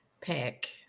pick